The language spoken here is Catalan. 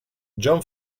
john